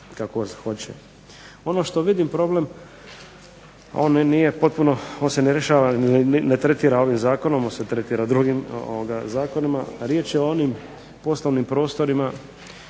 kako hoće. Ono što vidim problem, on nije potpuno, on se ne rješava, ne tretira ovim zakonom, ali se tretira drugim zakonima, riječ je o onim poslovnim prostorima